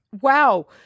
wow